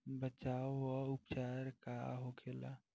बचाव व उपचार का होखेला?